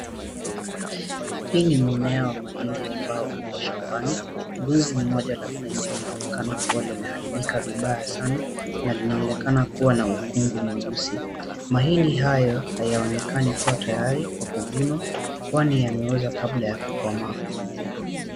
Hii ni mmea wa mahindi ambayo uko shambani. Ngozi moja la mahindi linaonekana limeharibika sana na linaonekana kuwa na ukungu mweusi. Mahindi haya hayaonekani kuwa tayari kwani yameoza kabla ya kukomaa.